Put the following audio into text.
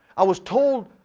i was told,